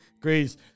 Greece